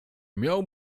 miał